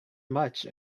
much